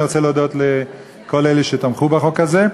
אני רוצה להודות לכל אלה שתמכו בחוק הזה.